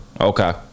okay